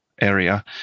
area